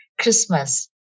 Christmas